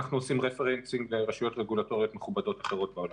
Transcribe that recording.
אנחנו עושים רפרנסים לרשויות רגולטוריות מכובדות אחרות בעולם.